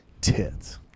Tits